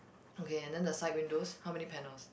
okay and then the side windows how many panels